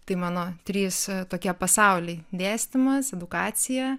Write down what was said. tai mano trys tokie pasauliai dėstymas edukacija